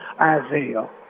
Isaiah